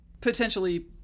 Potentially